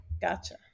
Gotcha